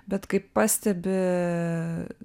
bet kaip pastebi